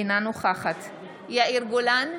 אינה נוכחת יאיר גולן,